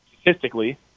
statistically